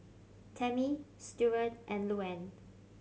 Tammie Steward and Louann